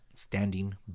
Standing